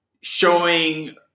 showing